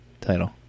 title